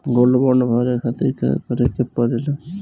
Gold bond भरे खातिर का करेके पड़ेला?